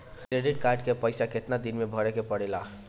Credit card के पइसा कितना दिन में भरे के पड़ेला?